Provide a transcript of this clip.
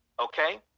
Okay